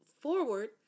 forward